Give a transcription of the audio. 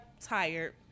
tired